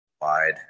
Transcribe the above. wide